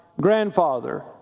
grandfather